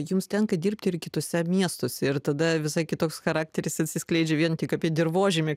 jums tenka dirbti ir kituose miestuose ir tada visai kitoks charakteris atsiskleidžia vien tik apie dirvožemį